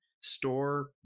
store